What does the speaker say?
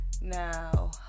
Now